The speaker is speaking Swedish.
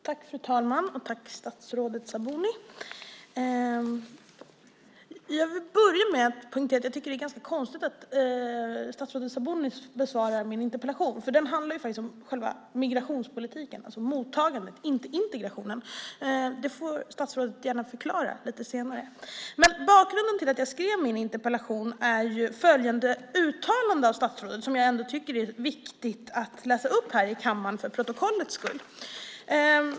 Fru talman! Jag tackar statsrådet för svaret. Jag vill börja med att poängtera att jag tycker att det är ganska konstigt att statsrådet Sabuni besvarar min interpellation. Den handlar om själva migrationspolitiken, mottagandet, inte integrationen. Det får statsrådet gärna förklara lite senare. Bakgrunden till att jag skrev min interpellation är följande uttalande av statsrådet, som jag tycker är viktigt att läsa upp här i kammaren för protokollets skull.